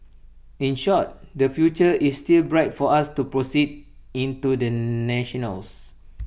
in short the future is still bright for us to proceed into the national's